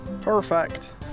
Perfect